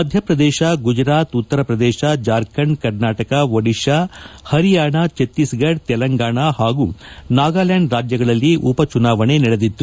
ಮಧ್ಯಪ್ರದೇಶ ಗುಜರಾತ್ ಉತ್ತರಪ್ರದೇಶ ಜಾರ್ಖಂಡ್ ಕರ್ನಾಟಕ ಒಡಿಶಾ ಪರಿಯಾಣ ಛತ್ತೀಸ್ಗಢ ತೆಲಂಗಾಣ ಹಾಗೂ ನಾಗಾಲ್ಚಾಂಡ್ ರಾಜ್ಜ ಗಳಲ್ಲಿ ಉಪಚುನಾವಣೆ ನಡೆದಿತ್ತು